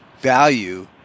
value